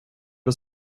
att